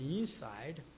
inside